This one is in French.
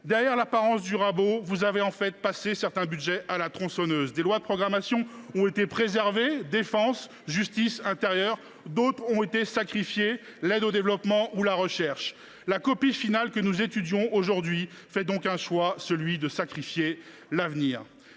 Derrière l’apparence du rabot, vous avez en fait passé certains budgets à la tronçonneuse ! Des lois de programmation ont été préservées, pour la défense, la justice et l’intérieur. D’autres ont été sacrifiées, comme l’aide au développement ou la recherche. La copie finale que nous étudions est donc révélatrice d’un choix, celui de sacrifier l’avenir.